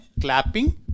clapping